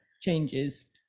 changes